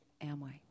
Amway